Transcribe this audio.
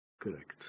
correct